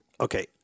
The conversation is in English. Okay